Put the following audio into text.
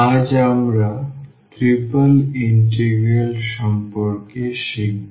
আজ আমরা triple integral সম্পর্কে শিখব